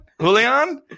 Julian